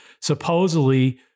supposedly